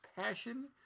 passion